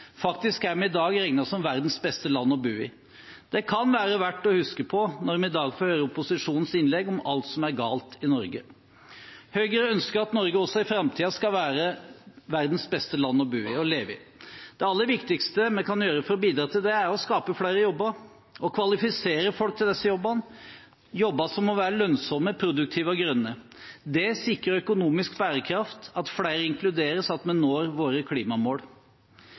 Faktisk er vi i dag regnet som verdens beste land å bo i. Det kan være verdt å huske på når vi i dag får høre opposisjonens innlegg om alt som er galt i Norge. Høyre ønsker at Norge også i framtiden skal være verdens beste land å bo og leve i. Det aller viktigste vi kan gjøre for å bidra til det, er å skape flere jobber og å kvalifisere folk til disse jobbene, jobber som må være lønnsomme, produktive og grønne. Det sikrer økonomisk bærekraft, at flere inkluderes, og at vi når våre klimamål.